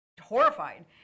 horrified